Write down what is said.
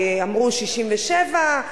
אמרו 67,